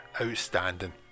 outstanding